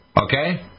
okay